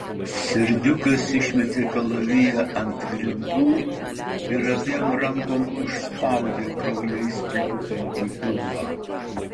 serdiukas išmetė kalaviją ant grindų ir abiem rankom užspaudė kraujais pliaupiantį pilvą